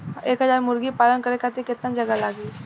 एक हज़ार मुर्गी पालन करे खातिर केतना जगह लागी?